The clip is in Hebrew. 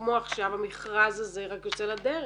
וכמו עכשיו המכרז הזה רק יוצא לדרך.